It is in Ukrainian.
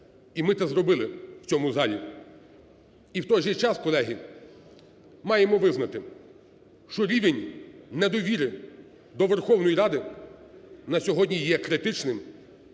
і ми це зробили в цьому залі. І в той же час, колеги, маємо визнати, що рівень недовіри до Верховної Ради на сьогодні є критичним,